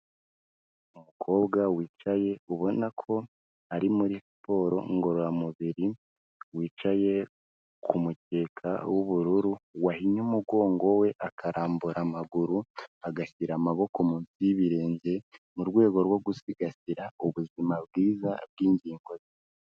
Umukobwa wicaye ubona ko ari muri siporo ngororamubiri, wicaye ku mukeka w'ubururu, wahinye umugongo we, akarambura amaguru agashyira amaboko munsi y'ibirenge, mu rwego rwo gusigasira ubuzima bwiza bw'ingingo ze.